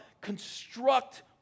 construct